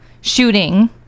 shooting